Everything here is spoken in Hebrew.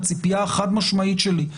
הציפייה החד-משמעית שלי,